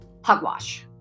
hugwash